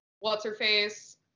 what's-her-face